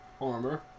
armor